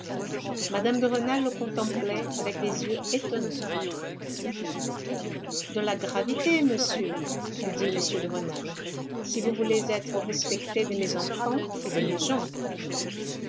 mme de rênal le contemplait avec des yeux étonnés de la gravité monsieur lui dit m de rênal si vous voulez être respecté de mes enfants et de mes